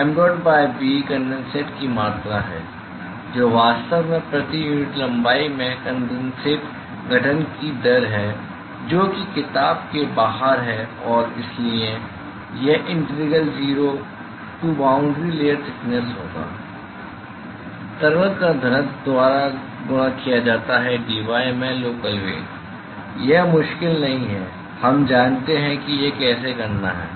तो mdot by b condensate की मात्रा है जो वास्तव में प्रति यूनिट लंबाई में कंडेनसेट गठन की दर है जो कि किताब के बाहर है और इसलिए यह integral zero to boundary layer thickness होगा तरल का घनत्व द्वारा गुणा किया जाता है dy में लोकल वेग यह मुश्किल नहीं है हम जानते हैं कि यह कैसे करना है